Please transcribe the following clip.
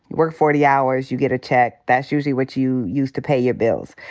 work forty hours, you get a check. that's usually what you use to pay your bills.